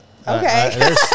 Okay